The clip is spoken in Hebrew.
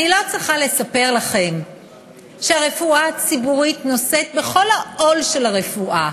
אני לא צריכה לספר לכם שהרפואה הציבורית נושאת בכל העול של הרפואה.